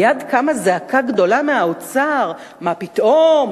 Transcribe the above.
מייד קמה זעקה גדולה מהאוצר: מה פתאום,